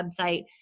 website